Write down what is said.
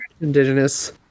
indigenous